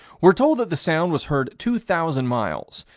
we're told that the sound was heard two thousand miles,